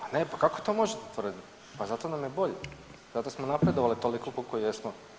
A ne, pa kako to možete tvrditi, pa zato nam je bolje, zato smo napredovali toliko koliko jesmo.